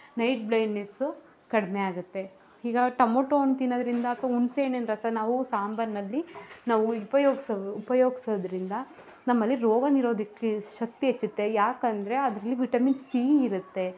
night blindness ಕಡಿಮೆ ಆಗುತ್ತೆ ಇಗಾ ಟೊಮಟೊ ಹಣ್ಣು ತಿನ್ನೋದರಿಂದ ಅಥ್ವ ಹುಣಸೆ ಹಣ್ಣಿನ ರಸ ನಾವು ಸಾಂಬಾರ್ನಲ್ಲಿ ನಾವು ಉಪಯೋಗ್ಸ್ ಉಪಯೋಗಿಸೋದ್ರಿಂದ ನಮ್ಮಲ್ಲಿ ರೋಗ ನಿರೋದಕ ಶಕ್ತಿ ಹೆಚ್ಚುತ್ತೆ ಯಾಕಂದರೆ ಅದರಲ್ಲಿ ವಿಟಮಿನ್ ಸಿ ಇರುತ್ತೆ